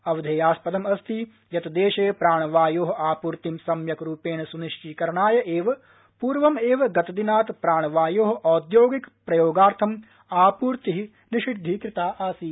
अवधेयास्पदम् अस्ति यत् देशे प्राणवायोः आपूर्ति सम्यक् रूपेण स्निश्चीकरणाय एव पूर्वम् एव गतदिनात् प्राणवायोः औद्योगिक प्रयोगार्थम् आपूर्तिः निषिद्धीकृता आसीत्